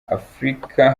africa